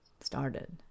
started